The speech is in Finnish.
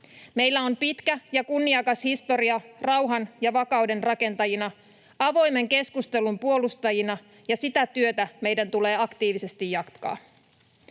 Meillä on pitkä ja kunniakas historia rauhan ja vakauden rakentajina ja avoimen keskustelun puolustajina, ja sitä työtä meidän tulee aktiivisesti jatkaa.